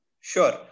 Sure